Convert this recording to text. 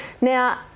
Now